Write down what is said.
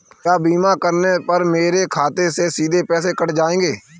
क्या बीमा करने पर मेरे खाते से सीधे पैसे कट जाएंगे?